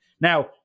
Now